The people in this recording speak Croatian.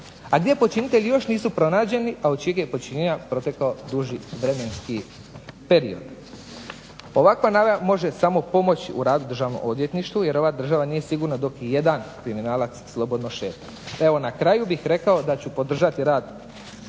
a gdje počinitelji još nisu pronađeni a od čijeg je počinjenja protekao druži vremenski period. Ovakva … može samo pomoći u radu državnom odvjetništvu jer ova država nije sigurna dok ijedan kriminalac slobodno šeta. Evo na kraju bih rekao da ću podržati rad